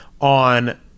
on